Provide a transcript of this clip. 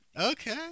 Okay